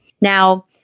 Now